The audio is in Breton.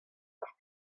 mar